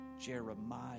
Jeremiah